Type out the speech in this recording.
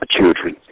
children